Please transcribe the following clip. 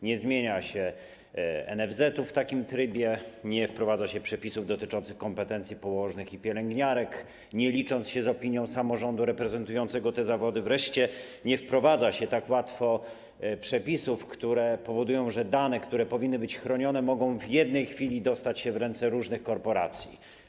Nie zmienia się NFZ-etu w takim trybie, nie wprowadza się przepisów dotyczących kompetencji położnych i pielęgniarek, nie licząc się z opinią samorządu reprezentującego te zawody, wreszcie nie wprowadza się tak łatwo przepisów, które powodują, że dane, które powinny być chronione, mogą w jednej chwili dostać się w ręce różnych korporacji.